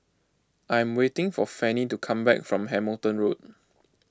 I am waiting for Fannie to come back from Hamilton Road